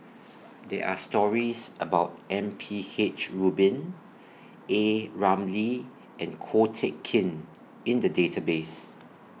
There Are stories about M P H Rubin A Ramli and Ko Teck Kin in The Database